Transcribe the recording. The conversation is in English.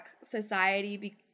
society